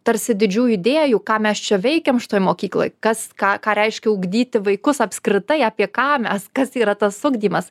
tarsi didžiųjų idėjų ką mes čia veikiam šitoj mokykloj kas ką ką reiškia ugdyti vaikus apskritai apie ką mes kas yra tas ugdymas